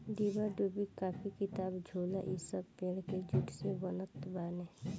डिब्बा डुब्बी, कापी किताब, झोला इ सब पेड़ के जूट से बनत बाने